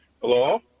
Hello